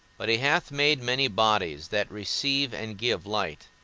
but he hath made many bodies that receive and give light.